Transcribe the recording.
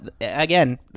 Again